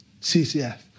CCF